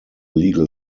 legal